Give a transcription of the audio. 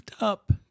up